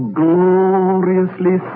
gloriously